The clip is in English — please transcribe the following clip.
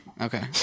Okay